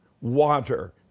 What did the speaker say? water